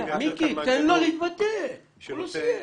תן לו להתבטא, הוא לא סיים.